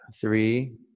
three